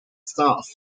stuff